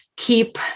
Keep